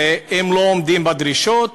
והם לא עומדים בדרישות.